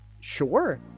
Sure